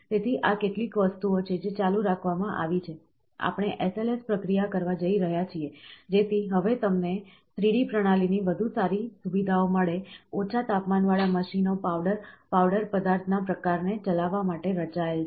તેથી આ કેટલીક વસ્તુઓ છે જે ચાલુ રાખવામાં આવી છે આપણે SLS પ્રક્રિયા કરવા જઈ રહ્યા છીએ જેથી હવે તમને 3D પ્રણાલીની વધુ સારી સુવિધાઓ મળે ઓછા તાપમાનવાળા મશીનો પાવડર પાવડર પદાર્થના પ્રકારને ચલાવવા માટે રચાયેલ છે